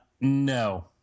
No